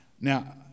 Now